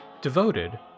devoted